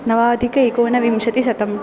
नवाधिक एकोनविंशतिशतम्